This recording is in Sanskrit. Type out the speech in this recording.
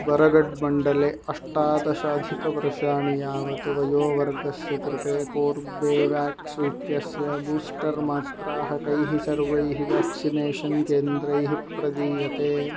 बरगड् मण्डले अष्टादश अधिकवर्षाणि यावत् वयोवर्गस्य कृते कोर्बेवेक्स् इत्यस्य बूस्टर् मात्रा कैः सर्वैः व्याक्सिनेषन् केन्द्रैः प्रदीयते